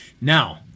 Now